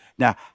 Now